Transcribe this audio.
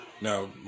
now